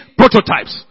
prototypes